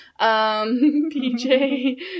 PJ